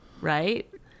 right